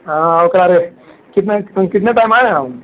हाँ और कह रहे कितने कितने टाइम आए हम